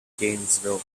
gainesville